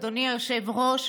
אדוני היושב-ראש,